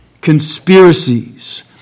conspiracies